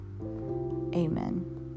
Amen